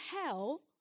hell